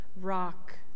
rock